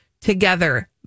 together